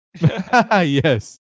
Yes